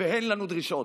ואין לנו דרישות.